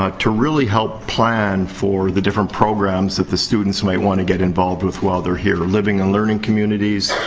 ah to really help plan for the different programs that the students may want to get involved with while they're here. living and learning communities,